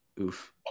oof